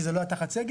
כי זה לא היה תחת סגל.